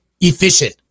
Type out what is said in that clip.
efficient